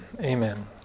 Amen